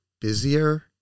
busier